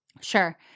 Sure